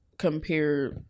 compare